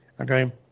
Okay